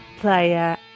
player